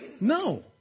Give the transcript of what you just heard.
No